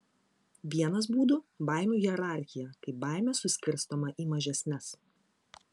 vienas būdų baimių hierarchija kai baimė suskirstoma į mažesnes